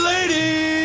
Lady